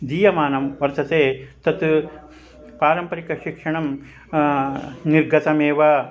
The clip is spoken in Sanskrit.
दीयमानं वर्तते तत् पारम्परिकशिक्षणं निर्गतमेव